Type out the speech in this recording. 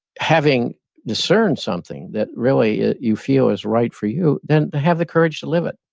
having discerned something that really, you feel is right for you then have the courage to live it,